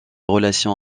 relations